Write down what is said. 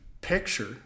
picture